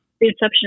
Inception